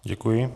Děkuji.